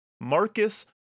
Marcus